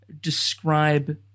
describe